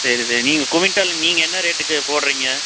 சரி சரி நீங்கள் குவிண்டால் நீங்கள் என்ன ரேட்டுக்கு போடுறீங்க